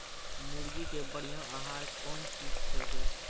मुर्गी के बढ़िया आहार कौन चीज छै के?